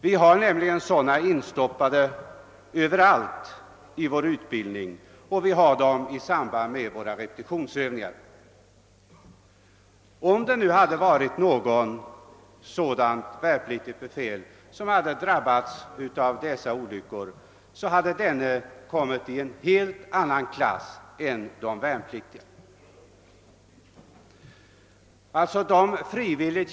Vi har nämligen sådant befäl instoppat överallt, både i utbildningen och i samband med repetitionsövningarna. Om sådant frivilligt värnpliktigt befäl hade drabbats vid dessa olyckor, så hade vederbörande kommit 1 en helt annan och sämre ersättningsklass än de värnpliktiga.